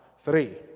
Three